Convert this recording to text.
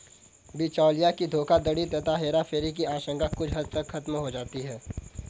बिचौलियों की धोखाधड़ी तथा हेराफेरी की आशंका कुछ हद तक खत्म हो जाती है